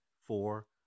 Four